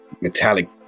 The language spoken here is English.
metallic